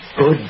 good